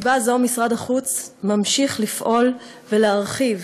מסיבה זו משרד החוץ ממשיך לפעול ולהרחיב